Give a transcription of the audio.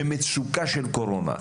במצוקה של קורונה,